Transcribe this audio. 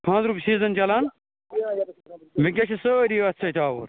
خانٛدرُک سیٖزَن چَلان وُنکٮ۪س چھِ سٲری أتھۍ سۭتۍ آوُر